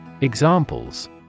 Examples